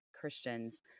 Christians